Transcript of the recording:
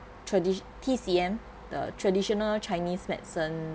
tradition T_C_M the traditional chinese medicine